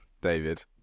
David